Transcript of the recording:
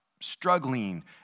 struggling